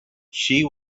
she